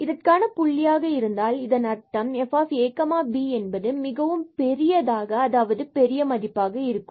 அதற்கான புள்ளியாக இருந்தால் இதன் அர்த்தம் fab என்பது மிகவும் பெரியதாக அதாவது பெரிய மதிப்பாக இருக்கும்